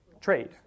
trade